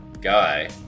guy